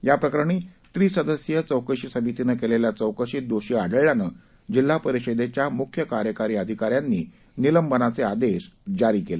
या प्रकरणी त्रीसदस्यीय चौकशी समितीनं केलेल्या चौकशीत दोषी आढळल्यानं जिल्हा परिषदेच्या मुख्य कार्यकारी अधिकाऱ्यांनी निलंबनाचे आदेश जारी केले